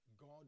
God